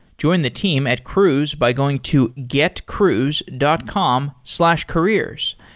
join the team at cruise by going to getcruise dot com slash careers.